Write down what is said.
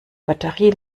batterie